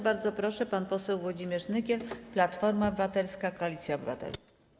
Bardzo proszę, pan poseł Włodzimierz Nykiel, Platforma Obywatelska - Koalicja Obywatelska.